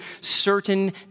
certain